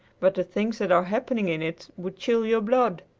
but the things that are happening in it would chill your blood.